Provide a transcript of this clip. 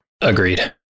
Agreed